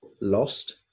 lost